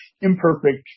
imperfect